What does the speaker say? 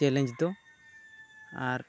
college ᱫᱚ ᱟᱨ